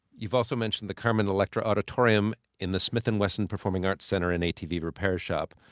you've also mentioned the carmen electra auditorium in the smith and wesson performing arts center and atv repair shop.